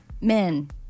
men